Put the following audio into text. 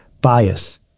Bias